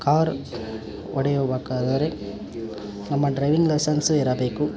car ಹೊಡೆಯುಬಾಕಾದರೆ ನಮ್ಮ driving licence ಇರಬೇಕು